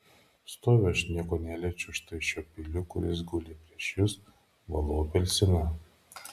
stoviu aš nieko neliečiu štai šiuo peiliu kuris guli prieš jus valau apelsiną